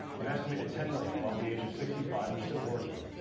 an estimated ten million above the age of sixty five are still working.